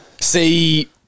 See